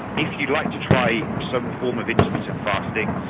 if you'd like to try some form of intermittent fasting,